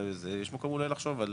יש מקום אולי לחשוב על